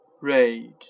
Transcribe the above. rage